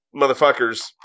motherfuckers